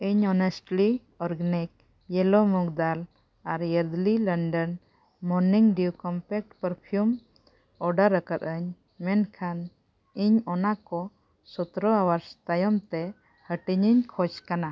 ᱤᱧ honestly organic yellow moong dal ᱟᱨ early London morning dew compact perfume order ᱟᱠᱟᱫᱟᱧ ᱢᱮᱱᱠᱷᱟᱱ ᱤᱧ ᱚᱱᱟ ᱠᱚ ᱥᱚᱛᱨᱚ ᱦᱟᱣᱟᱨᱥ ᱛᱟᱭᱢᱛᱮ ᱦᱟᱹᱴᱤᱧᱤᱧ ᱠᱷᱚᱡᱽ ᱠᱟᱱᱟ